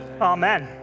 Amen